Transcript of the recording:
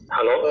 Hello